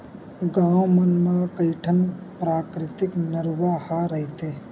गाँव मन म कइठन पराकिरितिक नरूवा ह रहिथे